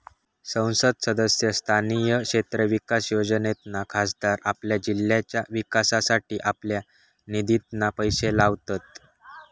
संसद सदस्य स्थानीय क्षेत्र विकास योजनेतना खासदार आपल्या जिल्ह्याच्या विकासासाठी आपल्या निधितना पैशे लावतत